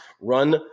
run